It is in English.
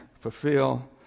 fulfill